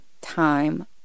time